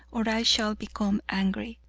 or i shall become angry.